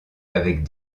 avec